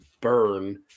burn